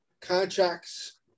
contracts